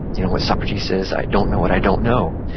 you know what socrates says, i don't know what i don't know.